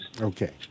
okay